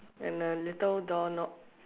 and a little door knob